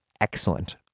excellent